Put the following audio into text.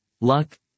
luck